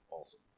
awesome